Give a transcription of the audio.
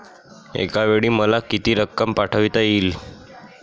एकावेळी मला किती रक्कम पाठविता येईल?